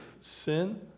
sin